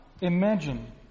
imagine